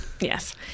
Yes